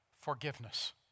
forgiveness